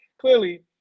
clearly